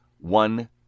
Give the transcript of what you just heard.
One